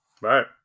Right